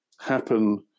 happen